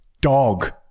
dog